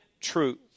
truth